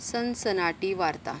सनसनाटी वार्ता